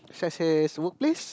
should I say it's the workplace